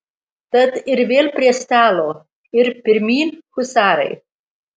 tad ir vėl prie stalo ir pirmyn husarai